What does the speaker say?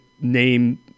name